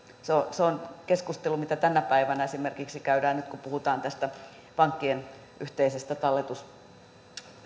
se on keskustelu mitä tänä päivänä esimerkiksi käydään kun puhutaan pankkien yhteisestä talletussuojasta